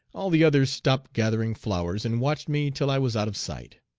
all the others stopped gathering flowers, and watched me till i was out of sight.